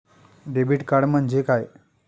Debit card म्हणजे काय?